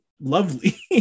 lovely